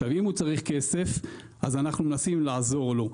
אם הוא צריך כסף אנחנו מנסים לעזור לו,